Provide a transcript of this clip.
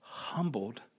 Humbled